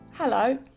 Hello